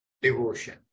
Devotion